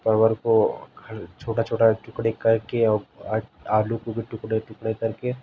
تو پرول کو چھوٹا چھوٹا ٹکڑے کر کے اور آلو کے بھی ٹکڑے ٹکڑے کر کے